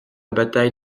bataille